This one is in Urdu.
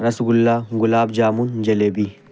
رسگلہ گلاب جامن جلیبی